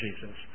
Jesus